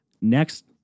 next